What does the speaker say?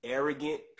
Arrogant